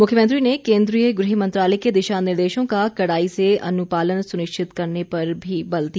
मुख्यमंत्री ने केंद्रीय गृह मंत्रालय के दिशानिर्देशों का कड़ाई से अनुपालन सुनिश्चित करने पर भी बल दिया